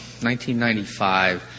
1995